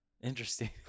Interesting